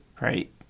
Right